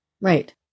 Right